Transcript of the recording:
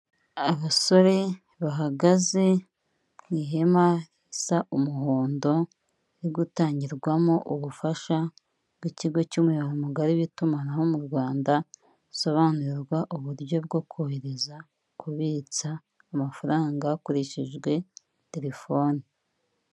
Abasore bahagaze mu ihema risa umuhondo, riri gutangirwamo ubufasha bw'ikigo cy'umuyoboro mugari w'itumanaho mu Rwanda, basobanurirwa uburyo bwo kohereza, kubitsa amafaranga, hakoreshejwe terephone.